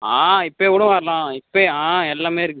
ஆ இப்போ கூட வரலாம் இப்போ ஆ எல்லாமே இருக்குது